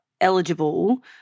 eligible